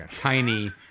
tiny—